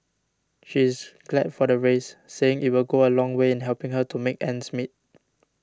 she is glad for the raise saying it will go a long way in helping her to make ends meet